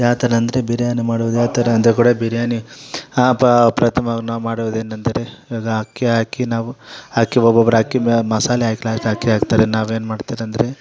ಯಾವ ಥರ ಅಂದರೆ ಬಿರಿಯಾನಿ ಮಾಡೋದು ಯಾವ ಥರ ಅಂದರೆ ಕೂಡ ಬಿರಿಯಾನಿ ಪ್ರಥಮವಾ ನಾವು ಮಾಡೋದೇನೆಂದ್ರೆ ಅಕ್ಕಿ ಹಾಕಿ ನಾವು ಅಕ್ಕಿ ಒಬ್ಬೊಬ್ಬರು ಅಕ್ಕಿ ಮಸಾಲೆ ಹಾಕಿ ಅಕ್ಕಿ ಹಾಕ್ತಾರೆ ನಾವೇನು ಮಾಡ್ತೀರೆಂದ್ರೆ